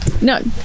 No